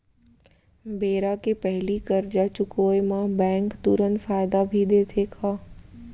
बेरा के पहिली करजा चुकोय म बैंक तुरंत फायदा भी देथे का?